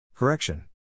Correction